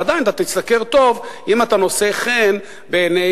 ועדיין אתה תשתכר טוב אם אתה נושא חן בעיני